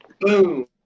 boom